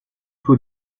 faut